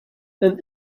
and